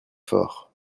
forts